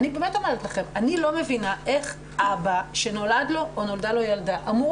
אני לא מבינה איך אבא שנולד לו ילד או ילדה אמור